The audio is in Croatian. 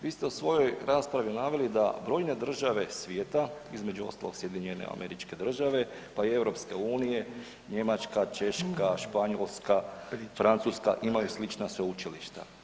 Vi ste u svojoj raspravi naveli da brojne države svijeta, između ostalog SAD pa i EU, Njemačka, Češka, Španjolska, Francuska, imaju slična sveučilišta.